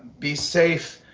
be safe.